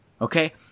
Okay